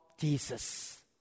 Jesus